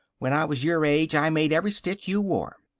when i was your age i made every stitch you wore.